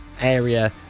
area